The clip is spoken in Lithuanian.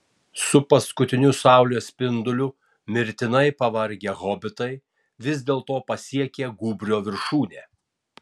su paskutiniu saulės spinduliu mirtinai pavargę hobitai vis dėlto pasiekė gūbrio viršūne